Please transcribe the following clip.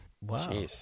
Wow